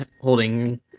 holding